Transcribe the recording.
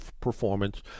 performance